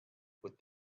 with